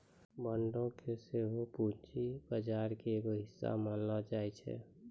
बांडो के सेहो पूंजी बजार के एगो हिस्सा मानलो जाय छै